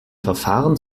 verfahren